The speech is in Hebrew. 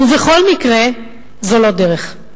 ובכל מקרה זו לא דרך.